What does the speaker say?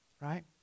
right